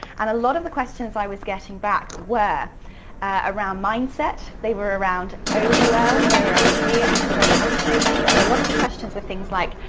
and a lot of the questions i was getting back were around mindset, they were around overwhelm, they around fear and procrastinating. so a lot of the questions were things like,